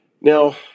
Now